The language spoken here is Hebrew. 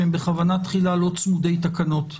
שהם בכוונה תחילה לא צמודי תקנות.